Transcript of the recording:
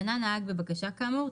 פנה נהג בבקשה כאמור,